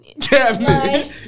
cabinet